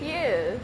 he is